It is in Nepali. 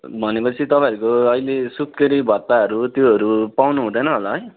भनेपछि तपाईँहरूको अहिले सुत्केरी भत्ताहरू त्योहरू पाउनुहुँदैन होला है